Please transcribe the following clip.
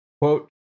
Quote